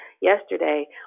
yesterday